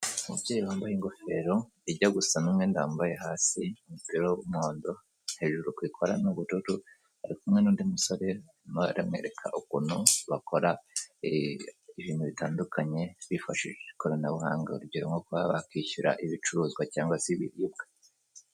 Umubyeyi wambaye ingofero ijya gusa n'umwenda yambaye hasi umupira w'umuhondo, hejuru ku ikorana n'ubururu ari kumwe n'undi musore arimo aramwereka ukuntu bakora ibintu bitandukanye bifashishije ikoranabuhanga. Urugero nko kuba bakishyura ibicuruzwa cyangwa se ibiribwa.